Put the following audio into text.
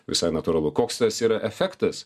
visai natūralu koks tas yra efektas